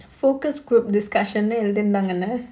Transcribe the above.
focus group discussion எழுதிருந்தாங்கள:eluthirunthaangala